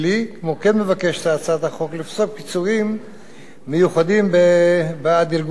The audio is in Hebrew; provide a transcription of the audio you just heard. כמו כן הצעת החוק מבקשת לפסוק פיצויים מיוחדים בעד ארגון עובדים